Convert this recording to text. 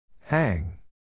Hang